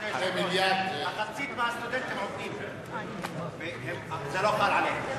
מחצית מהסטודנטים עובדים, זה לא חל עליהם.